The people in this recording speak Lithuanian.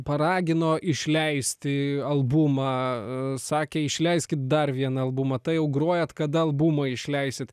paragino išleisti albumą sakė išleiskit dar vieną albumą tai jau grojat kada albumą išleisit